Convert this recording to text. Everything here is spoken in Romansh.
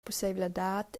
pusseivladad